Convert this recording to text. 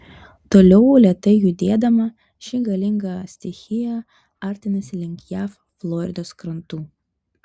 toliau lėtai judėdama ši galinga stichija artinasi link jav floridos krantų